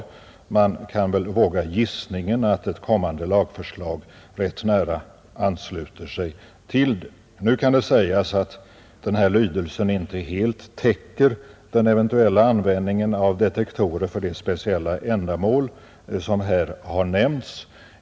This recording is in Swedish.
Man kan väl våga gissningen att ett kommande lagförslag rätt nära ansluter sig till denna text. Nu kan det sägas att den här lydelsen inte helt täcker den eventuella användningen av detektorer för det speciella ändamål som här har nämnts.